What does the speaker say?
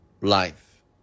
life